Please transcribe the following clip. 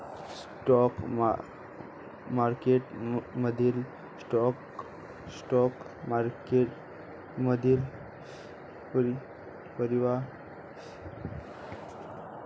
stock मार्केटमधील स्टॉकमधील परतावा नफा निव्वळ वर्तमान मूल्यावर अवलंबून असतो